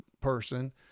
person